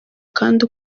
kandi